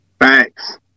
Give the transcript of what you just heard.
Thanks